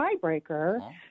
tiebreaker